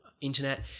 internet